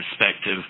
perspective